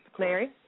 Larry